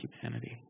humanity